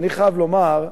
אני חייב לומר,